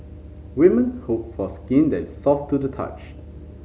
women hope for skin that is soft to the touch